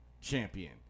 champion